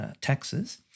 taxes